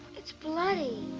it's bloody!